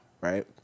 right